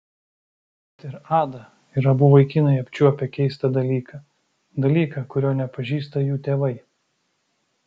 bet ir ada ir abu vaikinai apčiuopę keistą dalyką dalyką kurio nepažįsta jų tėvai